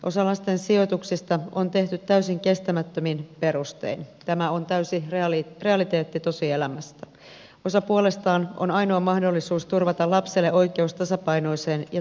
osa lasten sijoituksista on tehty täysin kestämättömin perustein tämä on täysi realiteetti tosielämästä osa puolestaan on ainoa mahdollisuus turvata lapselle oikeus tasapainoiseen ja turvalliseen elämään